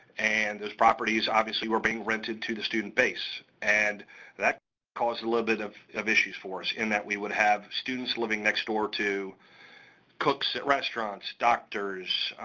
and those properties obviously were being rented to the student base. base. and that caused a little bit of of issues for us, in that we would have students living next door to cooks at restaurants, doctors,